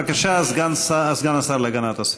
בבקשה, סגן השר להגנת הסביבה.